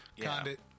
Condit